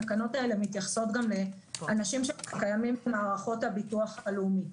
התקנות האלה מתייחסות לאנשים שמקיימים את מערכות הביטוח הלאומי.